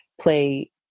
play